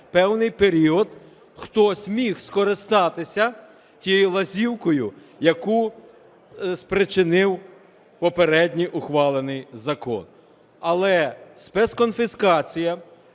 певний період хтось міг скористатися тією лазівкою, яку спричинив попередній ухвалений закон. Але спецконфіскація